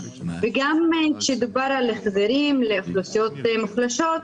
כשדובר על החזרים לאוכלוסיות מוחלשות,